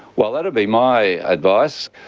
well, that would be my advice.